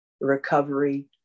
recovery